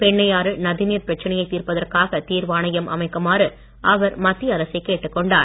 பெண்ணையாறு நதிநீர் பிரச்சனையை தீர்ப்பதற்காக தீர்வாணையம் அமைக்குமாறு அவர் மத்திய அரசை கேட்டுக்கொண்டார்